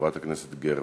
חברת הכנסת גרמן.